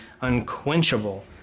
unquenchable